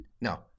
no